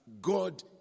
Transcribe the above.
God